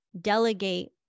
delegate